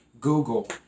Google